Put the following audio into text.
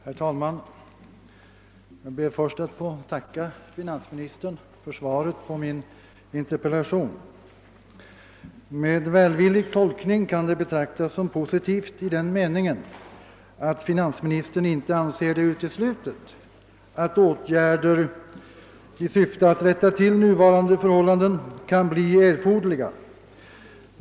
Herr talman! Jag ber att få tacka finansministern för svaret på min interpellation. Med en välvillig tolkning kan svaret betraktas som positivt i den meningen att finansministern inte anser det uteslutet att åtgärder i syfte att rätta till nuvarande förhållanden kan bli erforderliga.